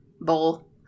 Bowl